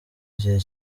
gihe